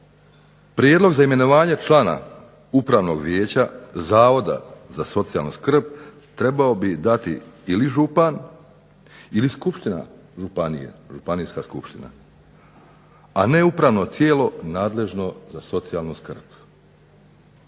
Prijedlog za imenovanje člana upravnog vijeća zavoda za socijalnu skrb trebao bi dati ili župan ili skupština županije, županijska skupština, a ne upravno tijelo nadležno za socijalnu skrb.